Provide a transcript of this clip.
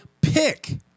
pick